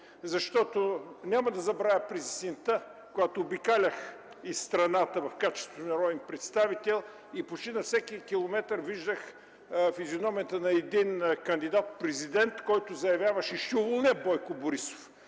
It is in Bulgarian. Няма да забравя, че през есента, когато обикалях из страната в качеството си на народен представител, почти на всеки километър виждах физиономията на един кандидат-президент, който заявяваше: „Ще уволня Бойко Борисов!”.